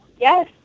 yes